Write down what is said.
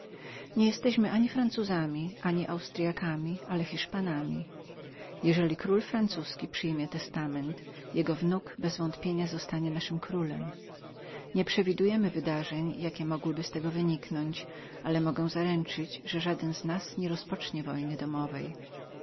nie jesteśmy ani francuzami ani austryakami ale hiszpanami jeżeli król francuzki przyjmie testament jego wnuk bezwątpienia zostanie naszym królem nie przewidujemy wypadków jakie okoliczności mogą sprowadzić ale mogę zaręczyć że żaden z nas nie rozpocznie wojny domowej